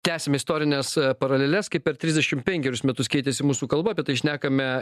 tęsiame istorines paraleles kaip per trisdešim penkerius metus keitėsi mūsų kalba apie tai šnekame